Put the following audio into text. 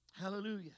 Hallelujah